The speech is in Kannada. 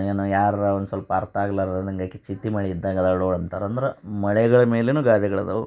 ಏನು ಯಾರಾರೂ ಒಂದು ಸ್ವಲ್ಪ ಅರ್ಥ ಆಗ್ಲಾರ್ದಾದಂಗೆ ಆಕೆ ಚಿತ್ತೆ ಮಳೆ ಇದ್ದಂಗೆ ಇದಾಳೆ ನೋಡು ಅಂತಾರೆ ಅಂದ್ರೆ ಮಳೆಗಳ ಮೇಲೆ ಗಾದೆಗಳು ಇದಾವೆ